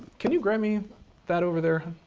can you grab me that over there?